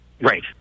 Right